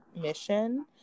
mission